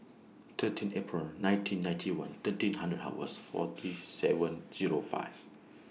thirteen April nineteen ninety one thirteen hundred hours forty seven Zero five